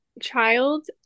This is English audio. child